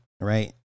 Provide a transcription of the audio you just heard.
right